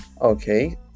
okay